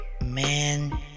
man